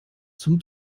zum